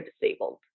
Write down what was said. disabled